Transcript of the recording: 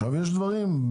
יש דברים,